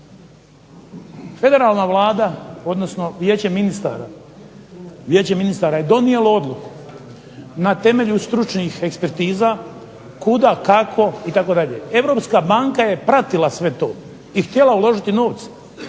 Federalna vlada odnosno Vijeće ministara je donijelo odluku na temelju stručnih ekspertiza kuda, kako itd. Europska banka je pratila sve to i htjela uložiti novce,